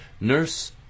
nurse